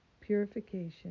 Purification